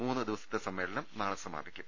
മൂന്ന് ദിവസത്തെ സമ്മേളനം നാളെ സമാപിക്കും